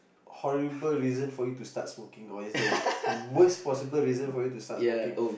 horrible reason for you to start smoking though it's the worst possible reason for you to start smoking